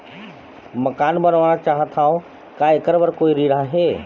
मकान बनवाना चाहत हाव, का ऐकर बर कोई ऋण हे?